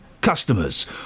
customers